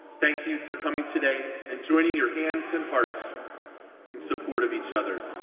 thank you for coming today and joining your hands and hearts in support of each other.